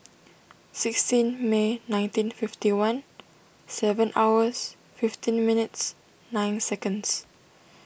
sixteen May nineteen fifty one seven hours fifteen minutes nine seconds